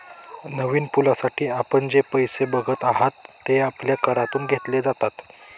नवीन पुलासाठी आपण जे पैसे बघत आहात, ते आपल्या करातून घेतले जातात